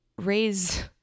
raise